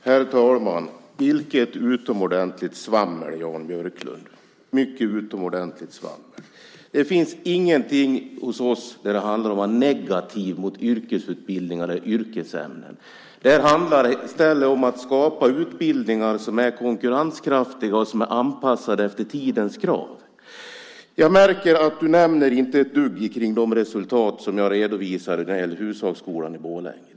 Herr talman! Vilket utomordentligt svammel, Jan Björklund, mycket utomordentligt svammel! Det finns ingenting hos oss där det handlar om att vara negativ mot yrkesutbildningar eller yrkesämnen. Det handlar i stället om att skapa utbildningar som är konkurrenskraftiga och som är anpassade efter tidens krav. Jag märker att du inte nämner ett dugg kring de resultat som jag redovisade när det gäller hushållsskolan i Borlänge.